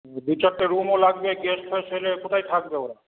দু চারটে রুমও লাগবে গেস্ট ফেস্ট এলে কোথায় থাকবে ওরা